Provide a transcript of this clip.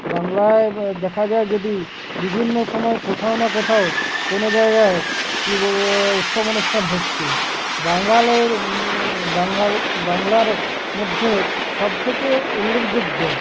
বাংলায় দেখা যায় যদি বিভিন্ন সময় কোথাও না কোথাও কোনো জায়গায় কী উৎসব অনুষ্ঠান হচ্ছে বাঙালের বাঙাল বাংলার মধ্যে সব থেকে উল্লেখযোগ্য